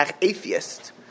atheist